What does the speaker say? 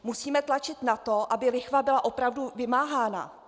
Musíme tlačit na to, aby lichva byla opravdu vymáhána.